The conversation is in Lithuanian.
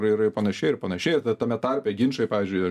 ir ir panašiai ir panašiai tame tarpe ginčai pavyzdžiui